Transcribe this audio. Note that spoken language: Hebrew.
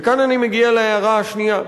כאן אני מגיע להערה השנייה.